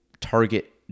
target